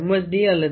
D அல்லது M